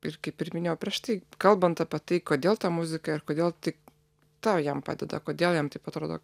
ir kaip ir minėjau prieš tai kalbant apie tai kodėl ta muzika ir kodėl tik ta jam padeda kodėl jam taip atrodo